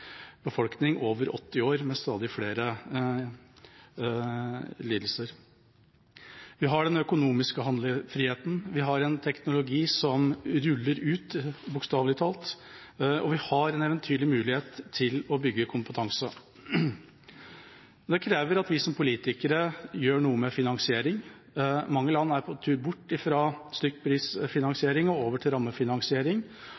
befolkning over 80 år med stadig flere lidelser. Vi har den økonomiske handlefriheten, vi har en teknologi som rulles ut, bokstavelig talt, og vi har en eventyrlig mulighet til å bygge kompetanse. Det krever at vi som politikere gjør noe med finansieringa. Mange land er på vei bort fra stykkprisfinansiering og går over til rammefinansiering